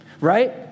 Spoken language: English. right